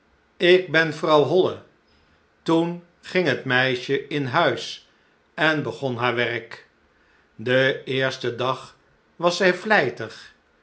ik ben vrouw holle toen ging het meisje in huis en begon haar werk den eersten dag was zij vlijtig